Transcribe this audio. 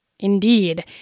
Indeed